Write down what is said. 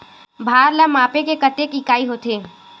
भार ला मापे के कतेक इकाई होथे?